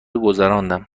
گذراندم